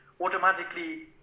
automatically